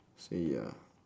so ya